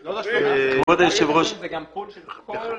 כבוד היושב-ראש, המד, צריך להבין קודם כל,